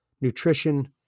nutrition